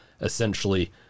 essentially